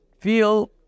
feel